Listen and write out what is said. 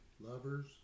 lovers